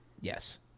Yes